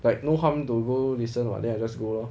like no harm to go listen [what] then I just go lor